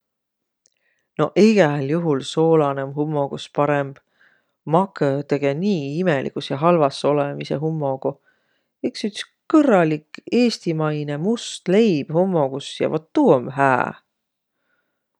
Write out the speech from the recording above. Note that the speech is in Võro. No egäl juhul soolanõ om hummogus parõmb. Makõ tege nii imeligus ja halvas olõmisõ hummogu. Iks üts kõrralik eestimainõ must leib hummogus ja vot tuu om hää!